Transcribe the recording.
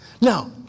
Now